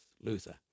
Luther